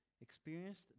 experienced